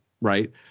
right